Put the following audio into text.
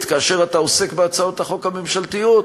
כאשר אתה עוסק בהצעות החוק הממשלתיות,